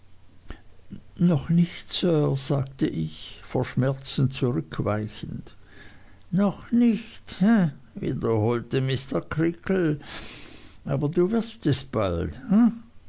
noch nicht sir sagte ich vor schmerz zurückweichend noch nicht he wiederholte mr creakle aber du wirst es bald